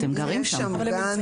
הם גרים שם.